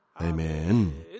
Amen